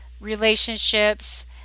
relationships